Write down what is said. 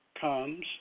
comes